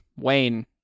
Wayne